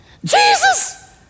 Jesus